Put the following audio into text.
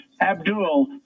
Abdul